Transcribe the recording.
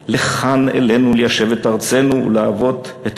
ורצו לבוא אלינו ליישב את ארצנו להוות את